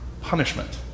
punishment